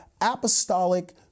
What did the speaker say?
apostolic